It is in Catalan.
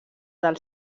del